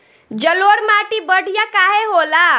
जलोड़ माटी बढ़िया काहे होला?